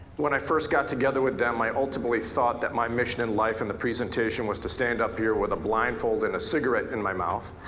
when i first got together with them my ultimately thought that my mission in life in the presentation was to stand up here with a blindfold and a cigarette in my mouth